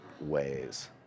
ways